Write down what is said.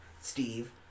Steve